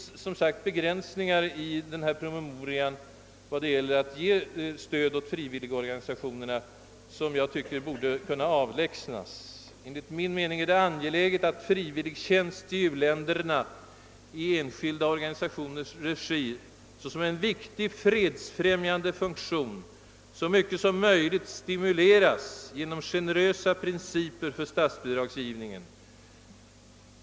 Det finns sålunda begränsningar i den PM, som nu ger nya möjligheter att lämna stöd till u-hjälp genom frivilligorganisationerna, «begränsningar som jag tycker borde snabbt kunna avlägsnas. Enligt min mening är det angeläget att frivilligtjänst i u-länderna i enskilda organisationers regi såsom en viktig fredsfrämjande funktion så mycket som möjligt stimuleras genom generösa principer för statsbidragsgivningen.